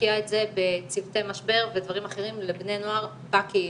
להשקיע את זה בצוותי משבר ודברים אחרים לבני נוער בקהילה,